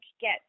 get